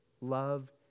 love